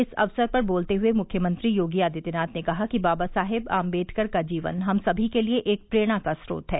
इस अवसर पर बोलते हुए मुख्यमंत्री योगी आदित्यनाथ ने कहा कि बाबा साहेब आम्बेडकर का जीवन हम सभी के लिये एक प्रेरणा का च्रोत है